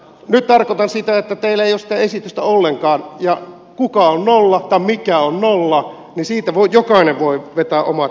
nyt tarkoitan sitä että teillä ei ole sitä esitystä ollenkaan ja kuka on nolla tai mikä on nolla siitä voi jokainen vetää omat johtopäätöksensä